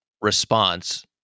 response